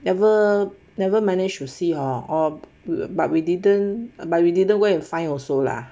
never never managed to see hor or but we didn't we didn't go and find also lah